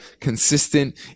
consistent